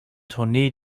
tournee